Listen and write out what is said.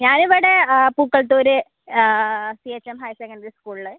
ഞാൻ ഇവിടെ Pookkalathur C H M higher secondary സ്കുളിൽ